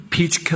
Peach